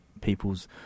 people's